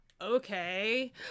Okay